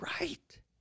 right